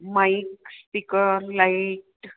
mic speaker light